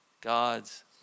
god's